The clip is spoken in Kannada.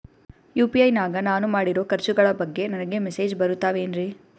ಯು.ಪಿ.ಐ ನಾಗ ನಾನು ಮಾಡಿರೋ ಖರ್ಚುಗಳ ಬಗ್ಗೆ ನನಗೆ ಮೆಸೇಜ್ ಬರುತ್ತಾವೇನ್ರಿ?